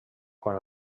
quan